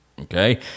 okay